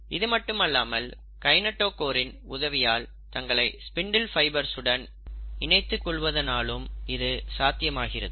இதுமட்டுமல்லாமல் கைநெட்டோகோரின் உதவியால் தங்களை ஸ்பிண்டில் ஃபைபர்ஸ் உடன் இணைத்துக் கொள்வது நாளும் இது சாத்தியமாகிறது